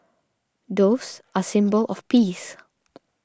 doves are symbol of peace